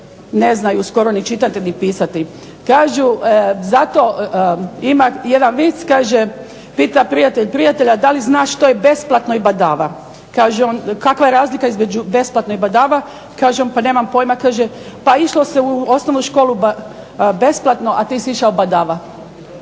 ne znaju skoro ni čitati ni pisati. Kažu zato ima jedan vic. Kaže pita prijatelj prijatelja da li znaš što je besplatno i badava. Kaže on kakva je razlika između besplatno i badava. Kaže on pa nemam pojma, kaže pa išlo se u osnovnu školu besplatno, a ti si išao badava.